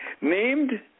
named